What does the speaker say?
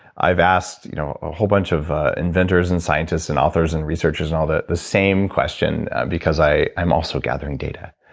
i've asked you know a whole bunch of inventors and scientists and authors and researchers and all that, the same question because i am also gathering data.